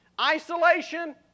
Isolation